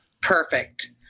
Perfect